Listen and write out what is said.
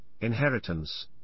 inheritance